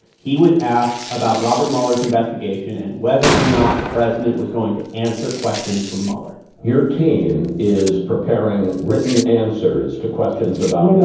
he was asked about robert mueller's investigation and whether or not the president was going to answer questions from mueller your team is preparing written answers to questions about. no, no,